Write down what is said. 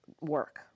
work